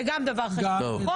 זה גם דבר חשוב ונכון.